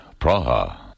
Praha